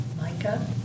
Micah